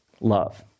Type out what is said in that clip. love